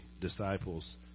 disciples